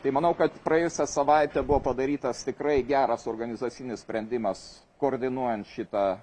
tai manau kad praėjusią savaitę buvo padarytas tikrai geras organizacinis sprendimas koordinuojant šitą